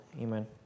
Amen